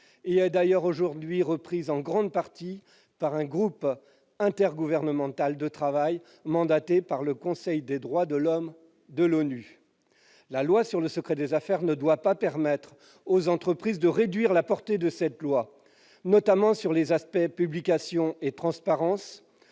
elle est d'ailleurs aujourd'hui reprise en grande partie par un groupe intergouvernemental de travail mandaté par le Conseil des droits de l'homme de l'ONU. Le texte que nous examinons aujourd'hui ne doit pas permettre aux entreprises de réduire la portée de cette loi, notamment en matière de publication et de transparence,